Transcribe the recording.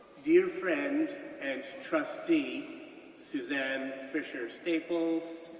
dear friend and trustee suzanne fisher staples,